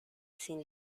sin